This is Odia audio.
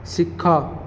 ଶିଖ